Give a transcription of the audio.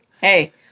Hey